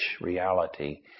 reality